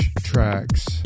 tracks